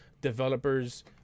developers